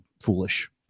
foolish